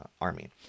army